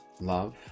love